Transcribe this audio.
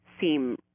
seem